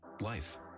Life